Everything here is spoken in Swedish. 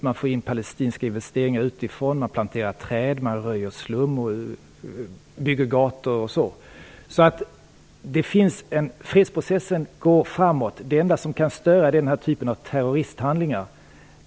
Man får in palestinska investeringar utifrån, planterar träd, röjer slum, bygger gator m.m. Fredsprocessen går alltså framåt. Det enda som kan störa är terroristhandlingar.